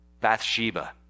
Bathsheba